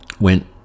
went